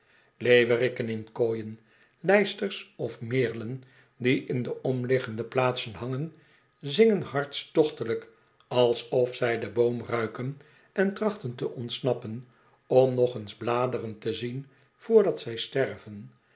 leeuweriken in kooien lijsters of meerlen die in de omliggende plaatsen hangen zingen hartstochtelijk alsof zij den boom ruiken en trachten te ontsnappen om nog eens bladeren te zien vrdat zij sterven